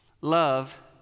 Love